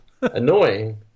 annoying